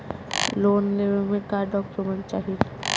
Loan लेवे मे का डॉक्यूमेंट चाही?